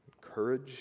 courage